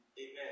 Amen